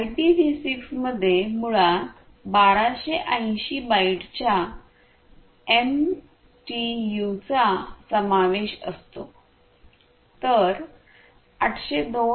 IPv6 मध्ये मुळात 1280 बाइटच्या एमटीयूचा समावेश असतो तर 802